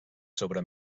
sobre